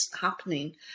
happening